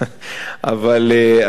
אבל אני חושב,